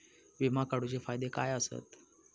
विमा काढूचे फायदे काय आसत?